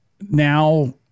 now